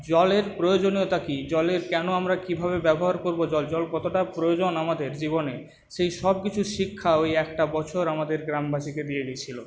জলের প্রয়োজনীয়তা কী জলের কেনো আমরা কীভাবে ব্যবহার করবো জল জল কতটা প্রয়োজন আমাদের জীবনে সেই সবকিছু শিক্ষা ওই একটা বছর আমাদের গ্রামবাসীকে দিয়ে দিয়েছিলো